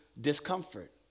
discomfort